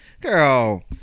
Girl